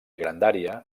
grandària